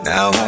Now